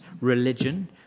Religion